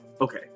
Okay